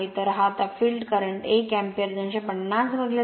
तर आता field current 1 ampere 250 250